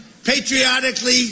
patriotically